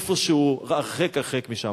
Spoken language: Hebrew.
איפשהו, הרחק הרחק משם.